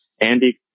Andy